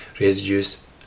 residues